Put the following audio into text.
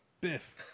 Biff